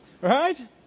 Right